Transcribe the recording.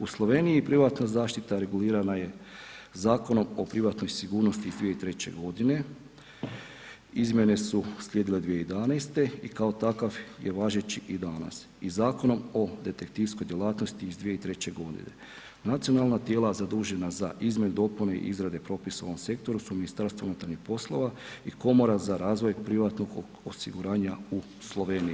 U Sloveniji privatna zaštita regulirana je Zakonom o privatnoj sigurnosti iz 2003.g., izmijene su slijedile 2011. i kao takav je važeći i danas i Zakonom o detektivskoj djelatnosti iz 2003.g. Nacionalna tijela zadužena za izmjenu dopune i izrade propisa u ovom sektoru su MUP i Komora za razvoj privatnog osiguranja u Sloveniji.